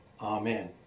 Amen